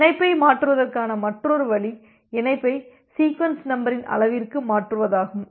இணைப்பை மாற்றுவதற்கான மற்றொரு வழி இணைப்பை சீக்வென்ஸ் நம்பரின் அளவிற்கு மாற்றுவதாகும்